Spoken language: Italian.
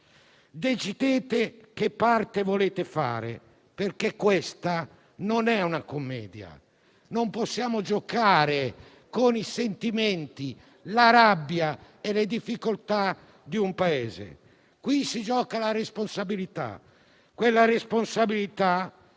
Decidete che parte volete fare perché questa non è una commedia. Non possiamo giocare con i sentimenti, la rabbia e le difficoltà di un Paese. Qui si gioca la responsabilità,